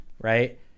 right